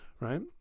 right